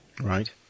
Right